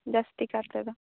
ᱡᱟᱹᱥᱛᱤ ᱠᱟᱨ ᱛᱮᱫᱚ